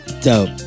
Dope